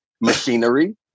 machinery